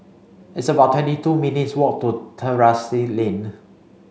it's about twenty two minutes' walk to Terrasse Lane